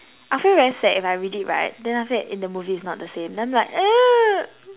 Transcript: I'll feel very sad if I read it right then after that in the movie it's not the same then I'm like